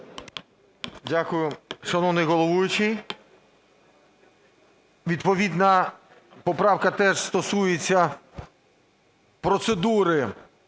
Дякую, шановний головуючий. Відповідна поправка теж стосується процедури